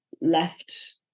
left